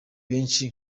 benshi